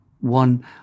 One